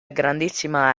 grandissima